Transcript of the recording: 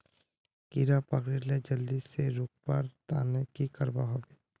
कीड़ा पकरिले जल्दी से रुकवा र तने की करवा होबे?